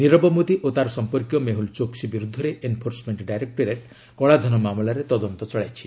ନିରବ ମୋଦି ଓ ତା'ର ସମ୍ପର୍କୀୟ ମେହୁଲ୍ ଚୋକ୍ସି ବିରୁଦ୍ଧରେ ଏନ୍ଫୋର୍ସମେଣ୍ଟ ଡାଇରେକ୍ଟୋରେଟ୍ କଳାଧନ ମାମଲାରେ ତଦନ୍ତ ଚଳାଇଛି